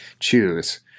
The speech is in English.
choose